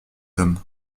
homme